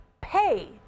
pay